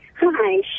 Hi